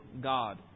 God